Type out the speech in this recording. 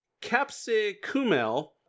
Capsicumel